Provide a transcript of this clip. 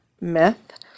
myth